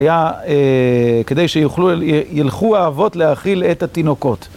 היה כדי שיוכלו, שילכו האבות להאכיל את התינוקות.